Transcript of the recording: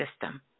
system